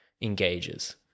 engages